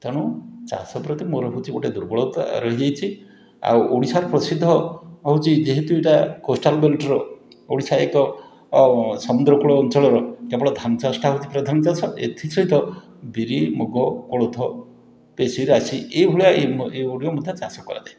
ତେଣୁ ଚାଷପ୍ରତି ମୋର ହେଉଛି ଗୋଟେ ଦୁର୍ବଳତା ରହିଯାଇଛି ଆଉ ଓଡ଼ିଶାର ପ୍ରସିଦ୍ଧ ହେଉଛି ଯେହେତୁ ଏଇଟା କୋଷ୍ଟାଲ ବିଲ୍ଟର ଓଡ଼ିଶା ଏକ ଅ ସମୁଦ୍ରକୂଳ ଅଞ୍ଚଳର କେବଳ ଧାନଚାଷଟା ହେଉଛି ପ୍ରଧାନଚାଷ ଏଥିସହିତ ବିରି ମୁଗ କୋଳଥ ପେଶୀ ରାଶି ଏଇଭଳିଆ ଏଗୁଡ଼ିକ ମଧ୍ୟ ଚାଷ କରାଯାଏ